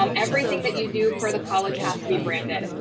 um everything that you do for the college has to be branded.